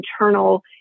internal